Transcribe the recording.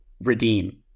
redeem